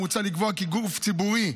מוצע לקבוע כי גוף ציבורי,